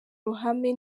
ruhame